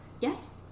Yes